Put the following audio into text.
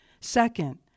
Second